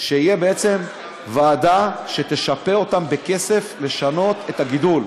שתהיה ועדה שתשפה אותם בכסף לשנות את הגידול,